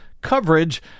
coverage